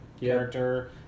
character